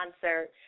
concert